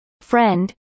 friend